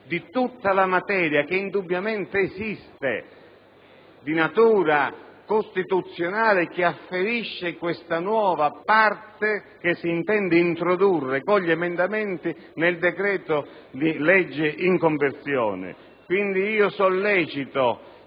di tutta la materia - che indubbiamente esiste - di natura costituzionale, cui afferisce questa nuova parte che si intende introdurre con gli emendamenti presentati al decreto-legge in conversione. Quindi, signor